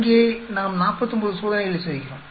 இங்கே நாம் 49 சோதனைகளை செய்கிறோம்